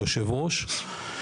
היושב ראש.